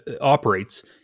operates